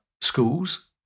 schools